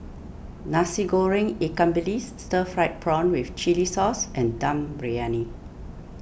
Nasi Goreng Ikan Bilis Stir Fried Prawn with Chili Sauce and Dum Briyani